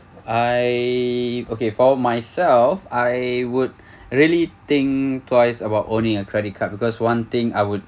I okay for myself I would really think twice about owning a credit card because one thing I would